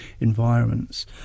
environments